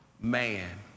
man